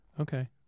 okay